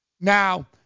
Now